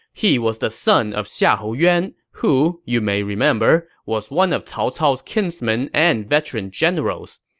he was the son of xiahou yuan, who, you may remember, was one of cao cao's kinsmen and veteran generals.